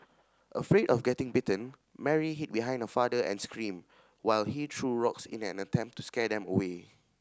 afraid of getting bitten Mary hid behind her father and screamed while he threw rocks in an attempt to scare them away